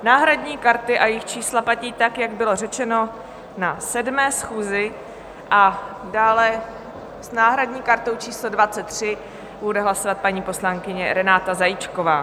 Náhradní karty a jejich čísla platí tak, jak bylo řečeno na 7. schůzi, a dále s náhradní kartou číslo 23 bude hlasovat paní poslankyně Renáta Zajíčková.